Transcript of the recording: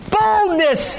boldness